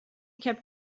kept